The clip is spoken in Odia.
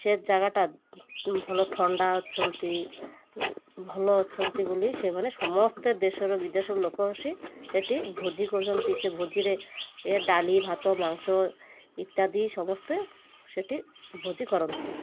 ସେ ଜାଗାଟା ଭଲ ଥଣ୍ଡା ଅଛନ୍ତି ଭଲ ଅଛନ୍ତି ବୋଲି ସେମାନେ ସମସ୍ତେ ଦେଶର ବିଦେଶରୁ ଲୋକ ଆସି ସେଇଠି ଭୋଜି କରୁଛନ୍ତି ସେ ଭୋଜିରେ ଡାଲି ଭାତ ମାଂସ ଇତ୍ୟାଦି ସମସ୍ତେ ସେଇଠି ଭୋଜି କରନ୍ତି